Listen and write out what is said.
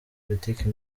politiki